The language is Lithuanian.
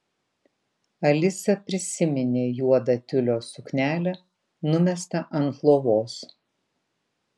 alisa prisiminė juodą tiulio suknelę numestą ant lovos